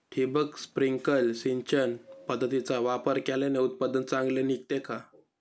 ठिबक, स्प्रिंकल सिंचन पद्धतीचा वापर केल्याने उत्पादन चांगले निघते का?